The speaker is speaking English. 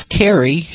carry